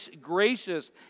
gracious